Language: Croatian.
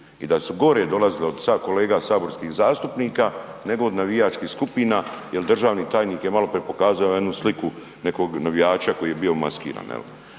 i da su gore dolazile sad od kolega saborskih zastupnika nego od navijačkih skupina jer državni tajnik je maloprije pokazao jednu sliku nekog navijača koji je bio umaskiran,